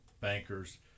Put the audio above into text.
bankers